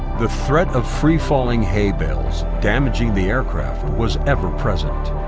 the threat of free-falling hay bales damaging the aircraft was ever present.